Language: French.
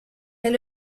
est